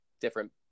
different